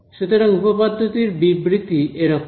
সুতরাং উপপাদ্যটির বিবৃতিটি এরকম